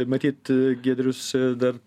matyt giedrius dar